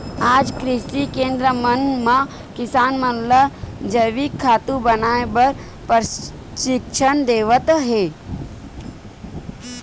आज कृषि केंद्र मन म किसान मन ल जइविक खातू बनाए बर परसिक्छन देवत हे